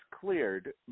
cleared